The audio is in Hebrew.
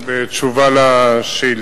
1 2. בתשובה לשאילתא,